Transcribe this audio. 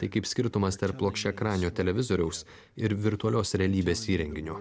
tai kaip skirtumas tarp plokščiaekranio televizoriaus ir virtualios realybės įrenginio